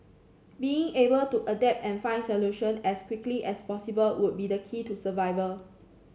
being able to adapt and find solution as quickly as possible would be the key to survival